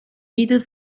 wieder